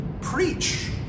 preach